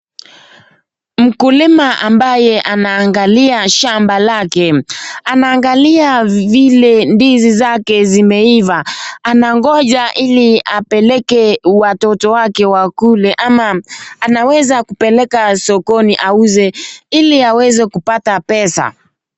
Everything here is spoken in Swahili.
Mkulima ambaye anaangalia shamba lake. Anaangalia vile ndizi zake zimeiva. Anangoja ili apeleke watoto wake wakule ama anaweza kupeleka sokoni auze ili aweze kupata pesa.